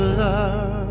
love